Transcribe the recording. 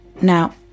Now